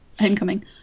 Homecoming